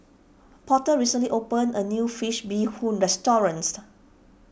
Porter recently opened a new Fish Bee Hoon restaurant